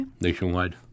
nationwide